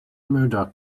murdoc